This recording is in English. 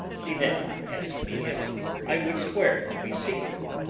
he then asked me if i would swear to be secret,